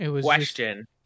Question